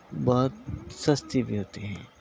بہت سستی بھی ہوتی ہیں